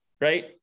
right